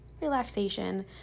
relaxation